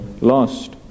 lost